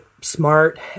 smart